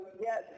yes